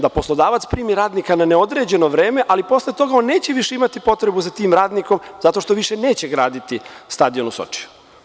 Da poslodavac primi radnika na neodređeno vreme, ali posle toga on neće više imati potrebu za tim radnikom, zato što više neće graditi stadion u Sočiju.